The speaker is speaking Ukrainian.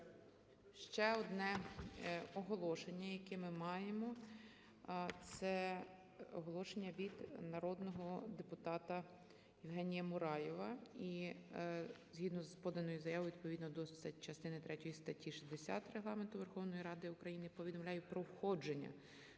Ще одне оголошення, яке ми маємо, це оголошення від народного депутата Євгенія Мураєва. І згідно з поданою заявою, відповідно до частини третьої статті 60 Регламенту Верховної Ради України повідомляю про входження